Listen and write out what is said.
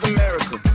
America